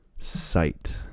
Sight